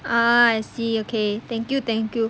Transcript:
ah I see okay thank you thank you